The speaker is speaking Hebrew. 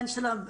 שלום.